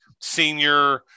senior